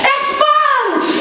Expand